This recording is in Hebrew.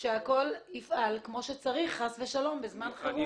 שהכול יפעל כמו שצריך בזמן חירום,